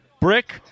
Brick